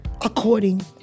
according